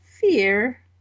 fear